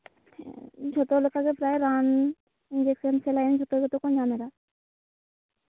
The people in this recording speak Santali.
ᱡᱚᱛᱚ ᱞᱮᱠᱟᱜᱮ ᱯᱨᱟᱭ ᱨᱟᱱ ᱤᱱᱡᱮᱠᱥᱮᱱ ᱥᱮᱞᱟᱭᱤᱱ ᱡᱚᱛᱚ ᱜᱮᱛᱚ ᱠᱚ ᱧᱟᱢ ᱮᱫᱟ